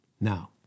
Now